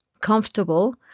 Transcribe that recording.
comfortable